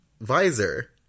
visor